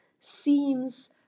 seems